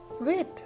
wait